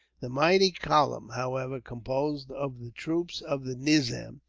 the mighty column, however, composed of the troops of the nizam,